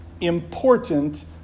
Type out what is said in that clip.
important